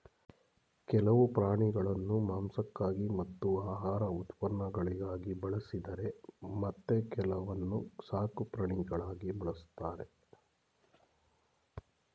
ಕೆಲವು ಪ್ರಾಣಿಗಳನ್ನು ಮಾಂಸಕ್ಕಾಗಿ ಮತ್ತು ಆಹಾರ ಉತ್ಪನ್ನಗಳಿಗಾಗಿ ಬಳಸಿದರೆ ಮತ್ತೆ ಕೆಲವನ್ನು ಸಾಕುಪ್ರಾಣಿಗಳಾಗಿ ಬಳ್ಸತ್ತರೆ